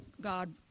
God